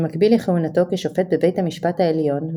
במקביל לכהונתו כשופט בביהמ"ש העליון,